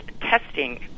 testing